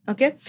Okay